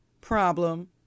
Problem